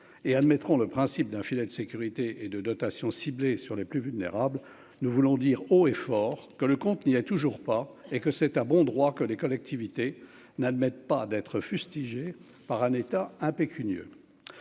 hé admettront le principe d'un filet de sécurité et de dotation ciblés sur les plus vulnérables, nous voulons dire haut et fort que le compte n'y a toujours pas et que c'est à bon droit que les collectivités n'admettent pas d'être fustigés par un État impécunieux